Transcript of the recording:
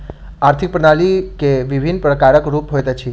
आर्थिक प्रणाली के विभिन्न प्रकारक रूप होइत अछि